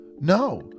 no